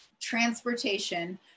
transportation